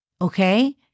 Okay